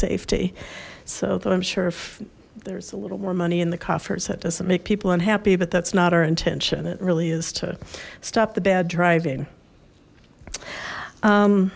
safety so though i'm sure if there's a little more money in the coffers that doesn't make people unhappy but that's not our intention it really is to stop the bad driving